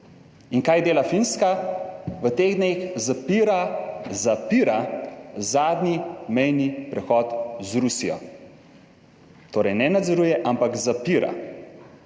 In kaj dela Finska v teh dneh? Zapira, zapira zadnji mejni prehod z Rusijo, torej ne nadzoruje, ampak zapira,